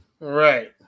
Right